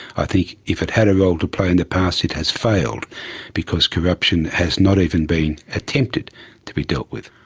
i think if it had a role to play in the past it has failed because corruption has not even been attempted to be dealt with.